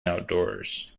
outdoors